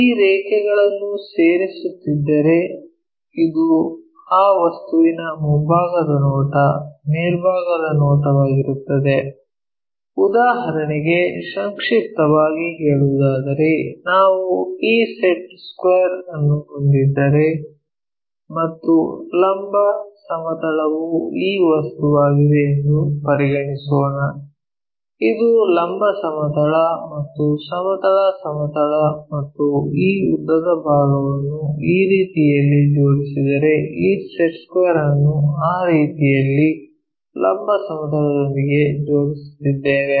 ಈ ರೇಖೆಗಳನ್ನು ಸೇರುತ್ತಿದ್ದರೆ ಇದು ಆ ವಸ್ತುವಿನ ಮುಂಭಾಗದ ನೋಟ ಮೇಲ್ಭಾಗದ ನೋಟವಾಗಿರುತ್ತದೆ ಉದಾಹರಣೆಗೆ ಸಂಕ್ಷಿಪ್ತವಾಗಿ ಹೇಳುವುದಾದರೆ ನಾವು ಈ ಸೆಟ್ ಸ್ಕ್ವೇರ್ ನ್ನು ಹೊಂದಿದ್ದರೆ ಮತ್ತು ಲಂಬ ಸಮತಲವು ಈ ವಸ್ತುವಾಗಿದೆ ಎಂದು ಪರಿಗಣಿಸೋಣ ಇದು ಲಂಬ ಸಮತಲ ಮತ್ತು ಸಮತಲ ಸಮತಲ ಮತ್ತು ಈ ಉದ್ದದ ಭಾಗವನ್ನು ಈ ರೀತಿಯಲ್ಲಿ ಜೋಡಿಸಿದರೆ ಈ ಸೆಟ್ ಸ್ಕ್ವೇರ್ ನ್ನು ಆ ರೀತಿಯಲ್ಲಿ ಲಂಬ ಸಮತಲದೊಂದಿಗೆ ಜೋಡಿಸುತ್ತಿದ್ದೇವೆ